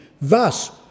Thus